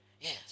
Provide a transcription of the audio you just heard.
Yes